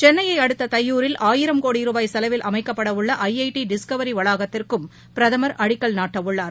சென்னையைஅடுத்ததையூரில் ஆயிரம் கோடி ருபாய் செலவில் அமைக்கப்படஉள்ள ஐ ஐ டி டிஸ்கவரிவளாகத்திற்கும் பிரதமர் அடிக்கல் நாட்டவுள்ளார்